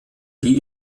die